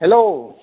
hello